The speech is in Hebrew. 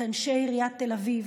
את אנשי עיריית תל אביב,